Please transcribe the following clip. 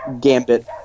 Gambit